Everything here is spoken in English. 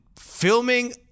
filming